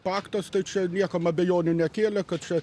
faktas tai čia niekam abejonių nekėlė kad čia